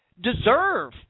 deserve